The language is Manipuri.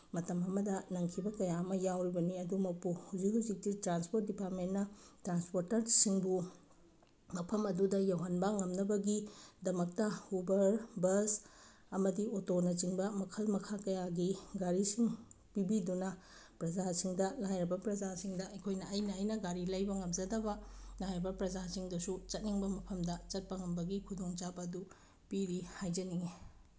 ꯃꯇꯝ ꯑꯃꯗ ꯅꯪꯈꯤꯕ ꯀꯌꯥ ꯑꯃ ꯌꯥꯎꯔꯤꯕꯅꯤ ꯑꯗꯨꯃꯛꯄꯨ ꯍꯧꯖꯤꯛ ꯍꯧꯖꯤꯛꯇꯤ ꯇ꯭ꯔꯥꯟꯁꯄꯣꯔꯠ ꯗꯤꯄꯥꯔꯠꯃꯦꯟꯅ ꯇ꯭ꯔꯥꯟꯁꯄꯣꯔꯇꯔꯁꯤꯡꯕꯨ ꯃꯐꯝ ꯑꯗꯨꯗ ꯌꯧꯍꯟꯕ ꯉꯝꯅꯕꯒꯤꯗꯃꯛꯇ ꯎꯕꯔ ꯕꯁ ꯑꯃꯗꯤ ꯑꯣꯇꯣꯅꯆꯤꯡꯕ ꯃꯈꯜ ꯃꯈꯥ ꯀꯌꯥꯒꯤ ꯒꯥꯔꯤꯁꯤꯡ ꯄꯤꯕꯤꯗꯨꯅ ꯄ꯭ꯔꯖꯥꯁꯤꯡꯗ ꯂꯥꯏꯔꯕ ꯄ꯭ꯔꯖꯥꯁꯤꯡꯗ ꯑꯩꯈꯣꯏꯅ ꯑꯩꯅ ꯑꯩꯅ ꯒꯥꯔꯤ ꯂꯩꯕ ꯉꯝꯖꯗꯕ ꯂꯥꯏꯔꯕ ꯄ꯭ꯔꯖꯥꯁꯤꯡꯗꯁꯨ ꯆꯠꯅꯤꯡꯕ ꯃꯐꯝꯗ ꯆꯠꯄ ꯉꯝꯕꯒꯤ ꯈꯨꯗꯣꯡꯆꯥꯕ ꯑꯗꯨ ꯄꯤꯔꯤ ꯍꯥꯏꯖꯅꯤꯡꯉꯤ